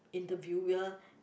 interviewer